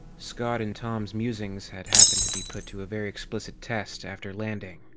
scott and tom's musings had happened to be put to a very explicit test after landing.